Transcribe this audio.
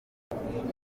urugendo